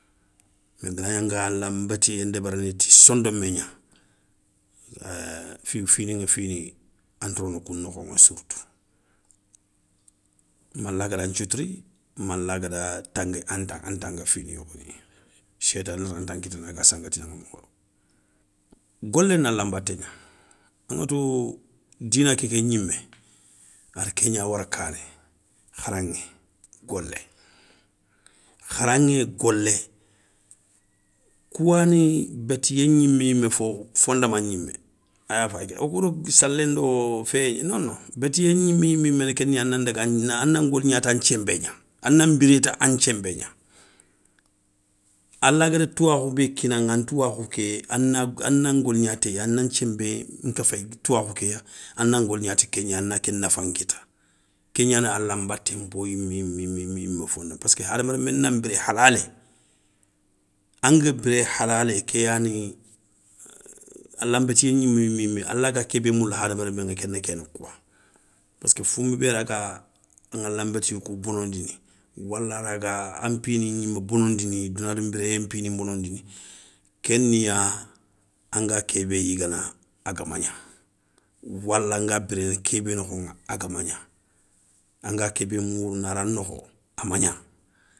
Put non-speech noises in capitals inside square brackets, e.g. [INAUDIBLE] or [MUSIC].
Mais ganagni anga alanbétiyé ndébérini ti sondomé gna, [HESITATION] finiŋa fini anta rono kou nokhoŋa sirtou, malla gada nthioutouri, mala gada an tanga fini yogoni cheytané rantan kitana aga sanga tinaŋa mokho yogo. golé nalla nbaté gna, a ŋa tou dina kéké gnimé ada ké gna wara kané kharaŋé, golé, kharaŋé golé, kouwani bétiyé gnimé yimé fondament gnimé, ayafayiké wokoudo salé ndo féyé nono bétiyé gnimé yimé kéniya a nan daga a nan goligna tan thienbé gna, a nan biré ti an thienbé gna, alagada touwakhou bé kinaŋa an touwakhou ké ana ngoligna téya, a na nthiénbé, nkéféyi touwakhou kéya a nan goligna ti kégna a na ké nafan kitta. Ké gnani alanbaté npo yimé yimé yimé fonda pask hadama remm na nbiré halalé, anga biré halalé ké yani [HESITATION] alan bétiyé gnimé yimé yimé ala ga kébé moula hadama remme ŋa kéni ké nokhou wa. paski founbé bé raga a ŋala nbétiyou kou bonondini, wala raga an pini gnimé bonondini, douna dou nbiréyé npini nbonondini ké ni ya anga kébé yigana aga magna wala nga biréné kébé nokhoŋa a ga magna. Anga ké bé mourounou nara nokho a magna.